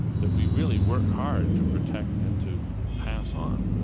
that we really work hard to protect and to pass on,